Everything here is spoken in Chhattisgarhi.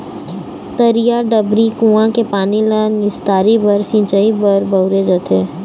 तरिया, डबरी, कुँआ के पानी ल निस्तारी बर, सिंचई बर बउरे जाथे